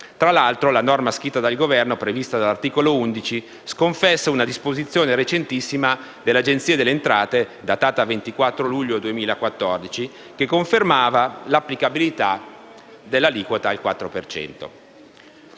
Tra l'altro, la norma scritta dal Governo, prevista dall'articolo 11, sconfessa una disposizione recentissima dell'Agenzia delle entrate del 24 luglio 2014, che confermava l'applicabilità dell'aliquota al 4